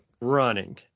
Running